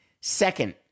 second